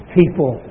people